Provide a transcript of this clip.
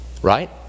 right